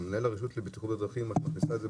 את מנהל הרשות לבטיחות בדרכים את מכניסה.